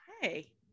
Hey